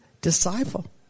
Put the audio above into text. disciple